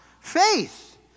faith